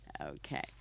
Okay